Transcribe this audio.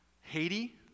Haiti